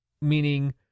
meaning